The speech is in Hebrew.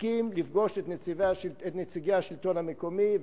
הסכים לפגוש את נציגי השלטון המקומי.